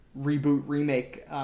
reboot-remake